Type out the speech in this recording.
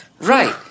Right